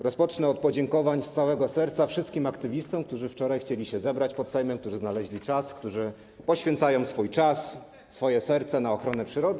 Rozpocznę od podziękowań z całego serca wszystkim aktywistom, którzy wczoraj chcieli się zebrać pod Sejmem, którzy znaleźli czas, którzy poświęcają swój czas, swoje serce ochronie przyrody.